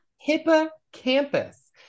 Hippocampus